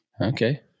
Okay